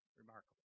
Remarkable